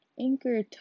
Anchor